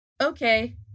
Okay